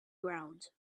ground